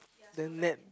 then let